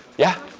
yeah?